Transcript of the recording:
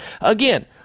again